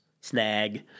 snag